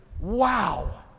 wow